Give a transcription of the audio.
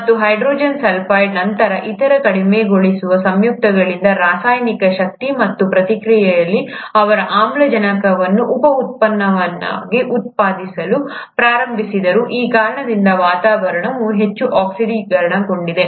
ಮತ್ತು ಹೈಡ್ರೋಜನ್ ಸಲ್ಫೈಡ್ನಂತಹ ಇತರ ಕಡಿಮೆಗೊಳಿಸುವ ಸಂಯುಕ್ತಗಳಿಂದ ರಾಸಾಯನಿಕ ಶಕ್ತಿ ಮತ್ತು ಪ್ರಕ್ರಿಯೆಯಲ್ಲಿ ಅವರು ಆಮ್ಲಜನಕವನ್ನು ಉಪ ಉತ್ಪನ್ನವಾಗಿ ಉತ್ಪಾದಿಸಲು ಪ್ರಾರಂಭಿಸಿದರು ಈ ಕಾರಣದಿಂದಾಗಿ ವಾತಾವರಣವು ಹೆಚ್ಚು ಆಕ್ಸಿಡೀಕರಣಗೊಂಡಿದೆ